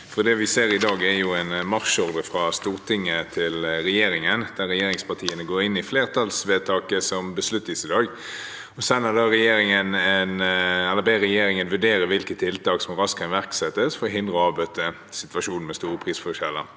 Det vi ser i dag, er en marsjordre fra Stortinget til regjeringen, der regjeringspartiene går inn i flertallsvedtaket som fattes i dag, og ber regjeringen vurdere hvilke tiltak som raskt kan iverksettes for å hindre og avbøte situasjonen med store prisforskjeller,